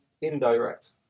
indirect